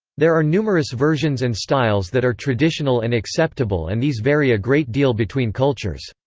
there are numerous versions and styles that are traditional and acceptable and these vary a great deal between cultures.